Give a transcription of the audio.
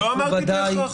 לא אמרתי בהכרח.